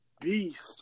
beast